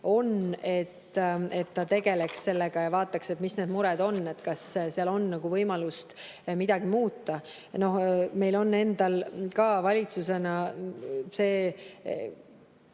on, et ta tegeleks sellega ja vaataks, mis need mured on ja kas seal on nagu võimalust midagi muuta. Meil on endal ka valitsuses see